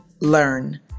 Learn